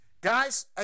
Guys